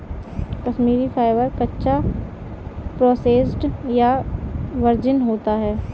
Kashmiri fibre, कच्चा, processed या virgin होता है